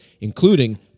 including